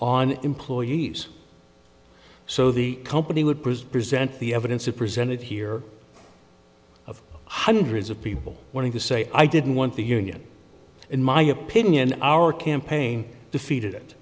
on employees so the company would present the evidence it presented here of hundreds of people wanting to say i didn't want the union in my opinion our campaign defeated